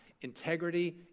integrity